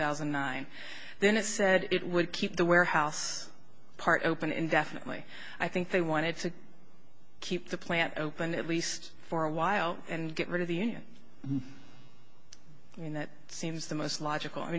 thousand and nine then it said it would keep the warehouse part open indefinitely i think they wanted to keep the plant open at least for a while and get rid of the union and that seems the most logical i